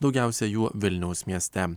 daugiausia jų vilniaus mieste